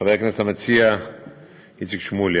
חבר הכנסת המציע איציק שמולי,